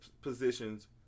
positions